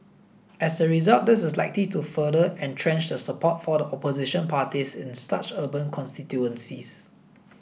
as a result this is likely to further entrench the support for the opposition parties in such urban constituencies